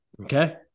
Okay